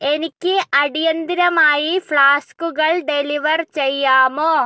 എനിക്ക് അടിയന്തിരമായി ഫ്ലാസ്കുകൾ ഡെലിവർ ചെയ്യാമോ